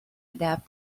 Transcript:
adapt